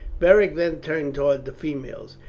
beric then turned towards the females,